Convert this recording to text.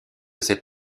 cette